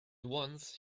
once